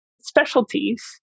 specialties